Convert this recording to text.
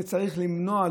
זה צריך למנוע,